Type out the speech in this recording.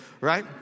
right